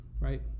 right